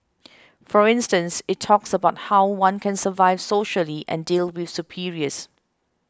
for instance it talks about how one can survive socially and deal with superiors